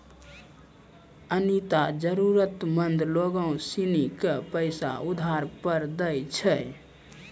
अनीता जरूरतमंद लोग सिनी के पैसा उधार पर दैय छै